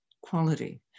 quality